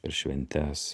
per šventes